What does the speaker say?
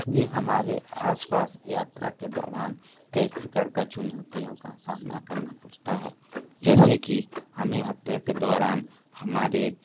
जी हमारे आसपास यात्रा के दौरान कई प्रकार का चुनौतियों का सामना करना पड़ता है जैसे कि हमें यात्रा के दौरान